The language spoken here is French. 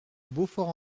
beaufort